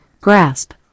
grasp